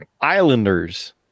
Islanders